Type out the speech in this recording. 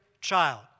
child